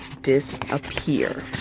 disappear